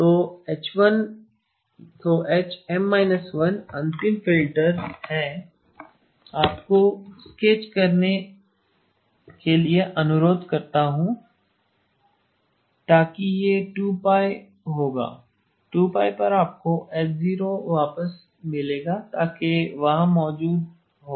तो HM−1 अंतिम फिल्टर मैं आपको स्केच करने के लिए अनुरोध करता हूं ताकि यह 2π होगा 2π पर आपको H0 वापस मिलेगा ताकि वहां मौजूद हो